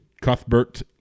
Cuthbert